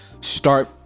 start